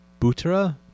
Butera